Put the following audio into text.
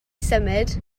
symud